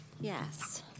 Yes